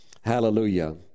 Hallelujah